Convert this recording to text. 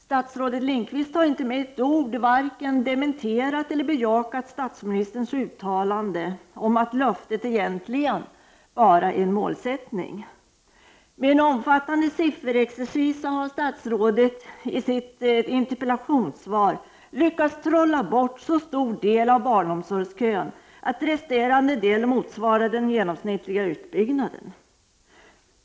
Statsrådet har inte med ett ord vare sig dementerat eller bejakat statsministerns uttalande om att löftet egentligen bara är en målsättning. Med en omfattande sifferexercis har statsrådet i sitt interpellationssvar lyckats trolla bort en så stor del av barnomsorgskön att den resterande delen motsvarar den genomsnittliga utbyggnaden.